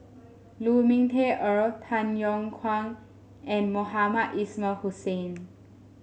Lu Ming Teh Earl Tay Yong Kwang and Mohamed Ismail Hussain